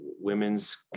women's